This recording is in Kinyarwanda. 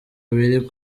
biri